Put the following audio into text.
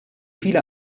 viele